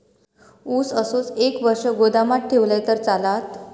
ऊस असोच एक वर्ष गोदामात ठेवलंय तर चालात?